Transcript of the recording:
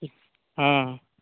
हँ